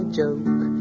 joke